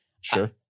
Sure